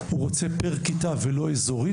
הוא רוצה פר כיתה ולא אזורי,